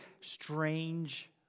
strange